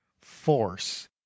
force